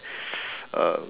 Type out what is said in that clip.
uh